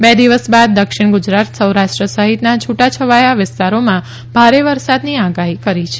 બે દિવસ બાદ દક્ષિણ ગુજરાત સૌરાષ્ટ્ર સહિતના છુટા છવાયા વિસ્તારોમાં ભારે વરસાદની આગાહી કરી છે